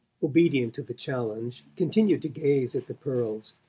obedient to the challenge, continued to gaze at the pearls.